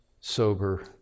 sober